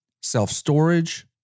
self-storage